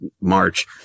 March